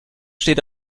steht